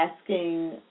asking